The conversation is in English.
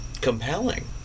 compelling